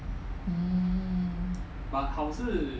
mm